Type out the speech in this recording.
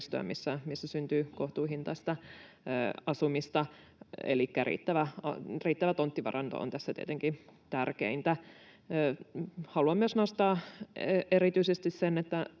missä syntyy kohtuuhintaista asumista, elikkä riittävä tonttivaranto on tässä tietenkin tärkeintä. Haluan myös nostaa erityisesti sen,